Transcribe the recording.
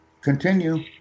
Continue